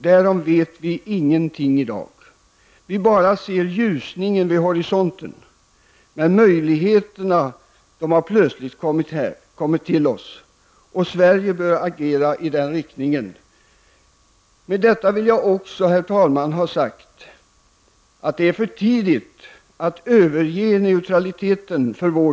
Därom vet vi ingenting om i dag. Vi bara ser ljusningen vid horisonten. Men möjligheterna har plötsligt kommit till oss, och Sverige bör agera i den riktningen. Med detta vill jag också, herr talman, ha sagt att det är för tidigt för vår del att överge neutraliteten.